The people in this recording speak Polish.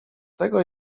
tego